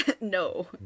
No